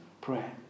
prayer